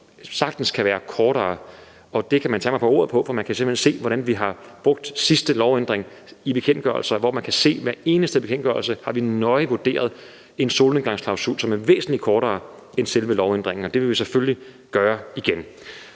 som sagtens kan være kortere. Man kan tage mig på ordet, for man kan simpelt hen se, hvordan vi har brugt sidste lovændring i bekendtgørelser; hvor man kan se, at i hver eneste bekendtgørelse har vi nøje vurderet en solnedgangsklausul, som er væsentlig kortere end selve lovændringen. Og det vil vi selvfølgelig gøre igen.